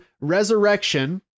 resurrection